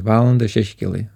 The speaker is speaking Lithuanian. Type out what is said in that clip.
valanda šeši kilai